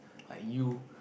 like you